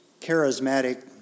charismatic